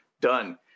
done